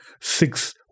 six